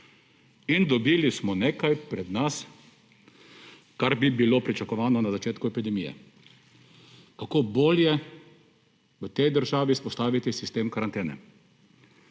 In dobili smo nekaj pred nas, kar bi bilo pričakovano na začetku epidemije, kako bolje v tej državi izpostaviti sistem karantene.